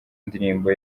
indirimbo